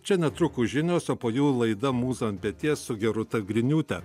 čia netrukus žinios o po jų laida mūza ant peties su gerūta griniūte